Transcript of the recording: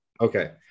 Okay